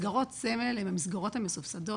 מסגרות סמל הן המסגרות המסובסדות.